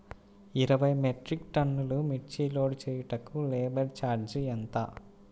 ఇరవై మెట్రిక్ టన్నులు మిర్చి లోడ్ చేయుటకు లేబర్ ఛార్జ్ ఎంత?